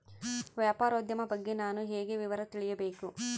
ವ್ಯಾಪಾರೋದ್ಯಮ ಬಗ್ಗೆ ನಾನು ಹೇಗೆ ವಿವರ ತಿಳಿಯಬೇಕು?